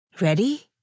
Ready